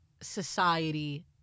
society